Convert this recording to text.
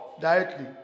directly